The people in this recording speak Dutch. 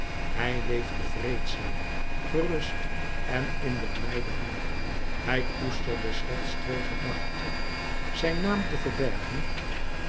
hij leefde vreedzaam gerust en in de blijde hoop hij koesterde slechts twee gedachten zijn naam te verbergen